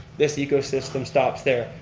this ecosystem stops there.